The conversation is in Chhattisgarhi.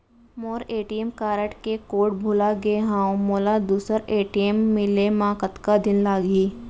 मोर ए.टी.एम कारड के कोड भुला गे हव, मोला दूसर ए.टी.एम मिले म कतका दिन लागही?